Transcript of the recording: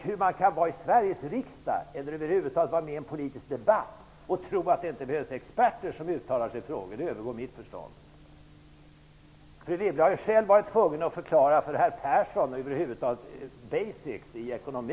Hur man kan vara i Sveriges riksdag eller över huvud taget delta i en politisk debatt utan att tro att det behövs experter som uttalar sig i frågor övergår mitt förstånd. Fru Wibble har ju själv varit tvungen att förklara för herr Persson sådant som över huvud taget är ''basics'' i ekonomi.